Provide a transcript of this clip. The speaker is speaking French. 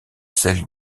celle